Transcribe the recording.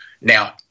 Now